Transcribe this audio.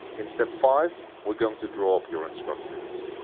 in step five we're going to draw up your instructions.